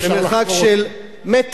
נכנסים